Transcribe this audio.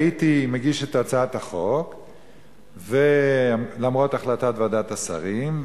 הייתי מגיש את הצעת החוק למרות החלטת ועדת השרים,